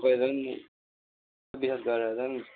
तपाईँ झन विश्वास गरेर झन